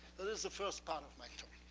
this is the first part of my talk.